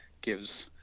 gives